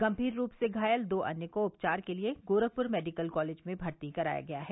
गंभीर रूप से घायल दो अन्य को उपचार के लिए गोरखपुर मेडिकल कालेज में भर्ती कराया गया है